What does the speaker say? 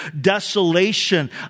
desolation